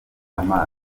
amazi